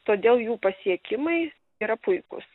todėl jų pasiekimai yra puikūs